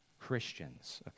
Christians